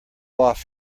off